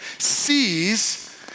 sees